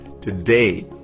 today